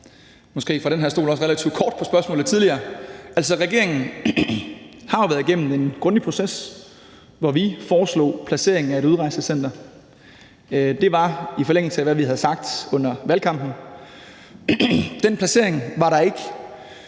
også – fra den her stol – relativt kort på spørgsmålet tidligere: Regeringen har jo været igennem en grundig proces, hvor vi foreslog en placering af et udrejsecenter. Det var i forlængelse af, hvad vi havde sagt under valgkampen. Den placering var der ikke